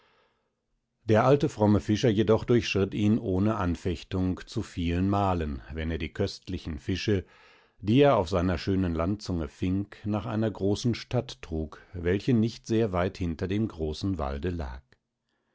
der alte fromme fischer jedoch durchschritt ihn ohne anfechtung zu vielen malen wenn er die köstlichen fische die er auf seiner schönen landzunge fing nach einer großen stadt trug welche nicht sehr weit hinter dem großen walde lag